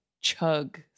chug